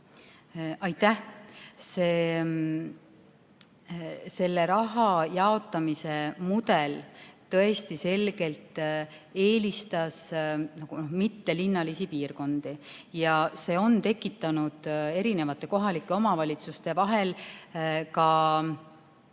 kaob. Selle raha jaotamise mudel tõesti selgelt eelistas mittelinnalisi piirkondi ja see on tekitanud erinevate kohalike omavalitsuste vahel ka,